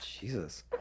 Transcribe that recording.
jesus